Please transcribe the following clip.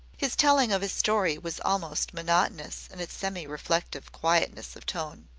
his telling of his story was almost monotonous in its semi-reflective quietness of tone.